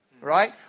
right